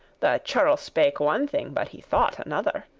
the churl spake one thing, but he thought another.